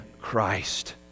Christ